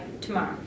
tomorrow